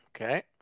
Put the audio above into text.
Okay